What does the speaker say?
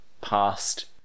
past